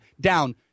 down